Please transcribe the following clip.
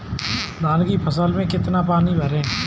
धान की फसल में कितना पानी भरें?